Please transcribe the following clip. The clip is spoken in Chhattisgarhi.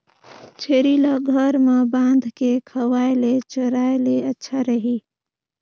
छेरी ल घर म बांध के खवाय ले चराय ले अच्छा रही?